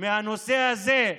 מהנושא הזה,